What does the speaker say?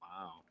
Wow